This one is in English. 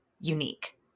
unique